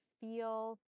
feel